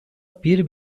bir